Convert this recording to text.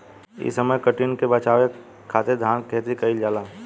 इ समय कीटन के बाचावे खातिर धान खेती कईल जाता